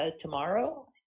tomorrow